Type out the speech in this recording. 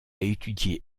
étudié